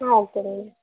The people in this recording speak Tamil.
ஆ ஓகேங்க மேம்